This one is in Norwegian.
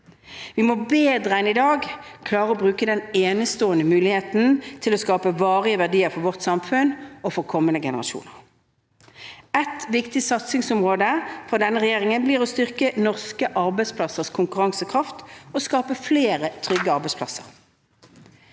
Vi må bedre enn i dag klare å bruke denne enestående muligheten til å skape varige verdier for vårt samfunn og for kommende generasjoner. Et viktig satsingsområde for denne regjeringen blir å styrke norske arbeidsplassers konkurransekraft og skape flere trygge arbeidsplasser.